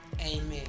Amen